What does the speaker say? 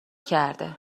کرده